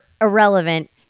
irrelevant